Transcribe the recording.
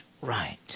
right